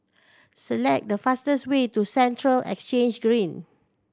select the fastest way to Central Exchange Green